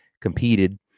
competed